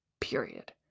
period